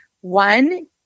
one